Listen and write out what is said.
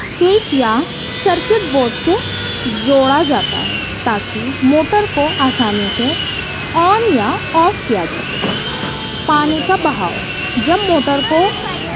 switch یا circuit board سے جوڑا جاتا ہے تاکہ موٹر کو آسانی سے آن یا آف کیا جا سکے پانی کا بہاؤ جب موٹر کو